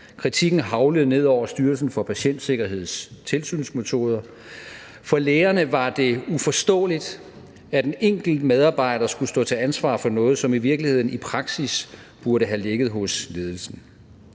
kritikken haglede ned over Styrelsen for Patientsikkerheds tilsynsmetoder. For lægerne var det uforståeligt, at en enkelt medarbejder skulle stå til ansvar for noget, som i virkeligheden i praksis burde have ligget hos ledelsen.